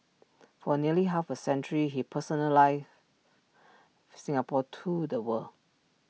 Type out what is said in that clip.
for nearly half A century he personalize Singapore to the world